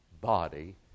body